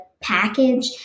package